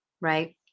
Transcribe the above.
right